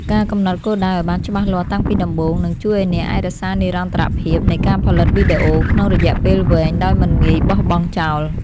ការកំណត់គោលដៅឱ្យបានច្បាស់លាស់តាំងពីដំបូង នឹងជួយឱ្យអ្នកអាចរក្សានិរន្តរភាពនៃការផលិតវីដេអូក្នុងរយៈពេលវែងដោយមិនងាយបោះបង់ចោល។